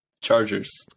Chargers